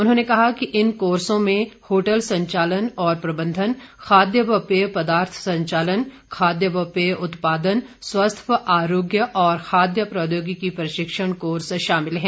उन्होंने कहा कि इन कोर्सो में होटल संचालन और प्रबंधन खाद्य व पेय पदार्थ संचालन खाद्य व पेय उत्पादन स्वस्थ व आरोग्य और खाद्य प्रौद्योगिकी प्रशिक्षण कोर्स शामिल हैं